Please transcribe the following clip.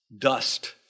dust